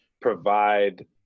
provide